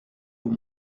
vous